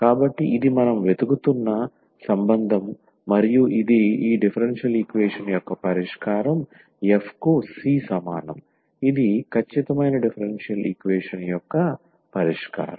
కాబట్టి ఇది మనం వెతుకుతున్న సంబంధం మరియు ఇది ఈ డిఫరెన్షియల్ ఈక్వేషన్ యొక్క పరిష్కారం f కు c సమానం ఇది ఈ ఖచ్చితమైన డిఫరెన్షియల్ ఈక్వేషన్ యొక్క పరిష్కారం